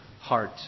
heart